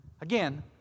Again